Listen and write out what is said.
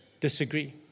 disagree